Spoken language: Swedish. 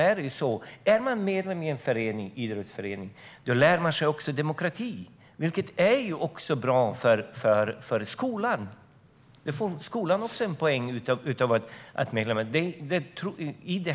Är man medlem i en idrottsförening lär man sig dessutom demokrati, vilket är bra för skolan.